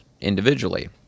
individually